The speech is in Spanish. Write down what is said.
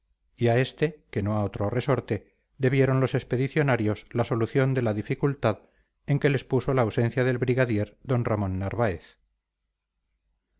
a este que no a otro resorte debieron los expedicionarios la solución de la dificultad en que les puso la ausencia del brigadier d ramón narváez